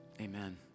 amen